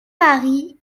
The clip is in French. mari